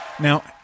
Now